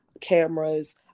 cameras